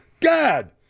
God